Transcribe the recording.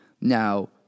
Now